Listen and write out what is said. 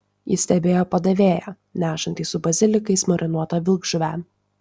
ji stebėjo padavėją nešantį su bazilikais marinuotą vilkžuvę